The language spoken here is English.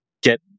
get